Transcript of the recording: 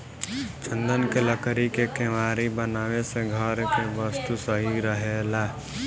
चन्दन के लकड़ी के केवाड़ी बनावे से घर के वस्तु सही रहेला